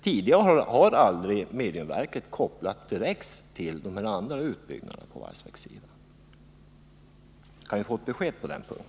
Tidigare har nämligen mediumverket aldrig kopplats direkt till annan utbyggnad på valsverkssidan. Kan vi få ett besked på denna punkt?